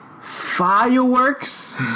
fireworks